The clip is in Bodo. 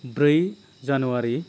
ब्रै जानुवारि